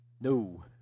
no